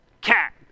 cat